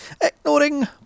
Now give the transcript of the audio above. ignoring